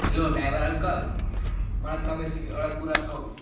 hello driver uncle मलाई तपाईँसँग एउटा कुरा छ हौ